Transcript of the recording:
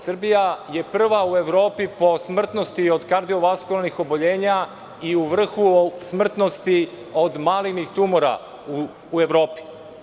Srbija je prva u Evropi po smrtnosti od kardivaskularnih oboljenja i u vrhu smrtnosti od malignih tumora u Evropi.